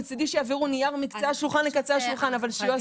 מצידי שיעבירו נייר מקצה השולחן לקצה השני אבל שיהיו עסוקים.